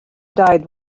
died